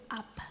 up